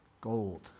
gold